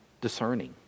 discerning